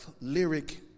lyric